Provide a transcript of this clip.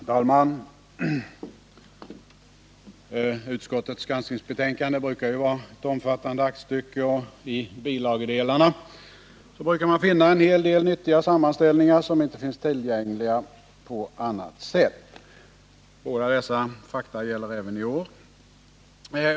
Herr talman! Utskottets granskningsbetänkande brukar vara ett omfattande aktstycke. I bilagedelarna brukar man också finna en hel del nyttiga sammanställningar, som inte finns tillgängliga på annat sätt. Båda dessa förhållanden gäller även i år.